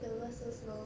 the world so small